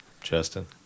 Justin